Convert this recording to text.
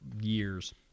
years